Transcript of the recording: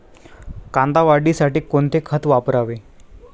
कांदा वाढीसाठी कोणते खत वापरावे?